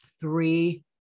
three